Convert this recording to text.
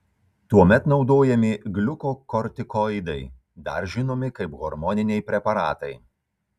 tuomet naudojami gliukokortikoidai dar žinomi kaip hormoniniai preparatai